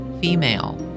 female